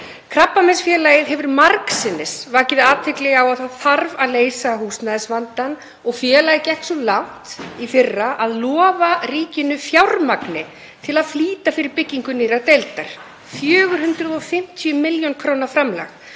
Krabbameinsfélagið hefur margsinnis vakið athygli á því að það þarf að leysa húsnæðisvandann og félagið gekk svo langt í fyrra að lofa ríkinu fjármagni til að flýta fyrir byggingu nýrrar deildar, 450 millj. kr. framlag.